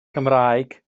cymraeg